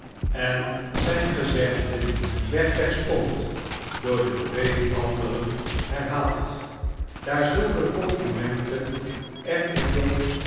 en zijn gezegde werd terstond door de twee anderen herhaald daar zulke complimenten echter john